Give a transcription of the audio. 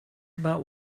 about